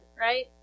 Right